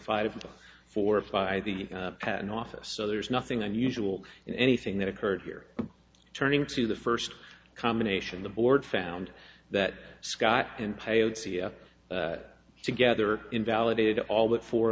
five four five the patent office so there's nothing unusual in anything that occurred here turning to the first combination the board found that scott and payloads together invalidated all but four